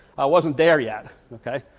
i wasn't there yet, okay,